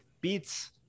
beats